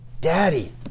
Daddy